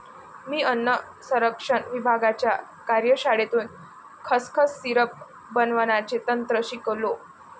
मी अन्न संरक्षण विभागाच्या कार्यशाळेतून खसखस सिरप बनवण्याचे तंत्र शिकलो